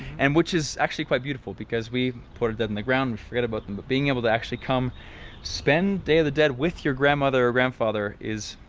and which is actually quite beautiful. because we put our dead in the ground and forget about them. but being able to actually come spend day of the dead with your grandmother or grandfather is.